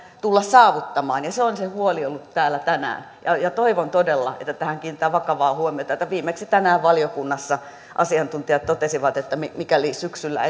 tulla saavuttamaan ja ja se on se huoli ollut täällä tänään ja toivon todella että tähän kiinnitetään vakavaa huomiota viimeksi tänään valiokunnassa asiantuntijat totesivat että mikäli syksyllä